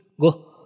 Go